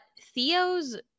Theo's